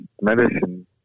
medicine